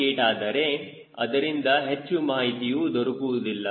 8 ಆದರೆ ಅದರಿಂದ ಹೆಚ್ಚು ಮಾಹಿತಿಯೂ ದೊರಕುವುದಿಲ್ಲ